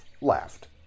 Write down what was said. laughed